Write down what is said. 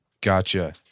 Gotcha